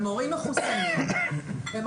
אנחנו בודקים את כולם מבחינת הרישומים הפליליים שלהם,